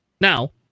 Now